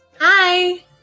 Hi